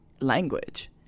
language